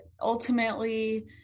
ultimately